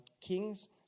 kings